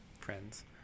friends